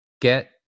get